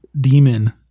demon